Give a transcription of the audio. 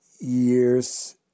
years